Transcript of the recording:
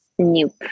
new